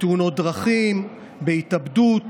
בתאונות דרכים, בהתאבדות